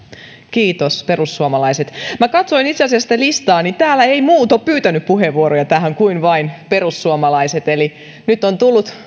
kiitos perussuomalaiset kun minä katsoin itse asiassa sitä listaa niin täällä eivät muut ole pyytäneet puheenvuoroja kuin vain perussuomalaiset eli nyt on tullut